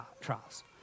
trials